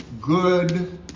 good